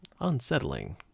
unsettling